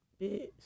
Bitch